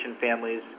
families